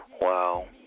Wow